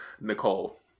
Nicole